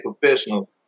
professional